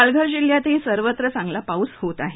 पालघर जल्ह्यातही सर्वत्र चांगला पाऊस होत आहे